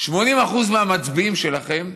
80% מהמצביעים שלכם,